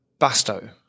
Basto